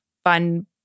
fun